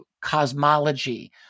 cosmology